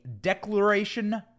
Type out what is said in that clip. Declaration